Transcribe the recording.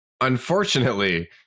unfortunately